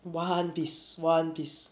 one piece one piece